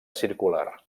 circular